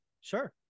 Sure